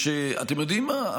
אתם יודעים מה,